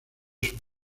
sus